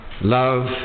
love